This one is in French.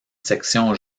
section